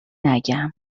نگم